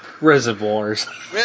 Reservoirs